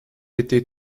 été